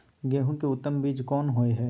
गेहूं के उत्तम बीज कोन होय है?